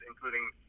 including